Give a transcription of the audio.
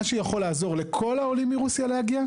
מה שיכול לעזור לכל העולים מרוסיה להגיע,